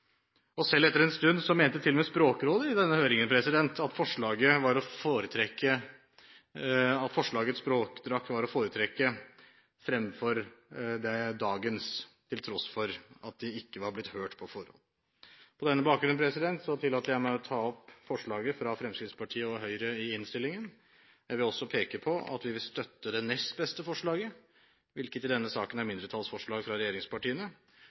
Selv etter en stund mente til og med Språkrådet i denne høringen at forslagets språkdrakt var å foretrekke fremfor dagens, til tross for at de ikke var blitt hørt på forhånd. På denne bakgrunn tillater jeg meg å ta opp forslaget fra Fremskrittspartiet og Høyre i innstillingen. Jeg vil også peke på at vi vil støtte det nest beste forslaget, hvilket i denne saken er mindretallsforslaget fra regjeringspartiene,